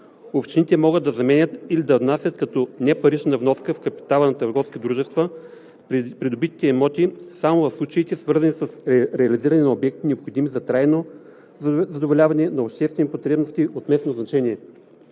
Общините могат да заменят или да внасят като непарична вноска в капитала на търговски дружества придобитите имоти само в случаите, свързани с реализиране на обекти, необходими за трайно задоволяване на обществени потребности от местно значение.